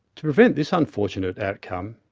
to prevent this unfortunate outcome,